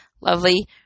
Lovely